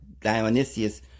Dionysius